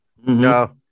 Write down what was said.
No